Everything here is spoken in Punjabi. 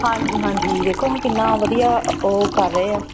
ਹਾਂਜੀ ਹਾਂਜੀ ਵੇਖੋ ਉਹ ਕਿੰਨਾ ਵਧੀਆ ਅ ਉਹ ਕਰ ਰਹੇ ਆ